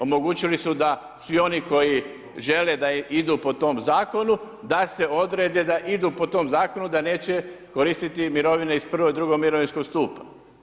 Omogućili su da svi oni koji žele da idu po tom zakonu, da se odrede da idu po tom zakonu da neće koristit mirovine iz prvog i drugog mirovinskog stupa.